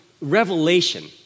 revelation